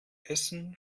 essen